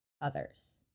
others